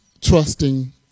trusting